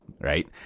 right